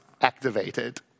activated